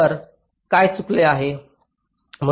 तर काय चुकले आहे